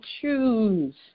choose